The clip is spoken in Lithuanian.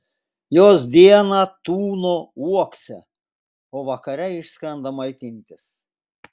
jos dieną tūno uokse o vakare išskrenda maitintis